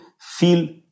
feel